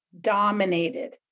dominated